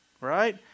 Right